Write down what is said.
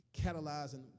catalyzing